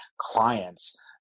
clients